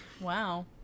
wow